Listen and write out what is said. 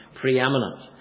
preeminent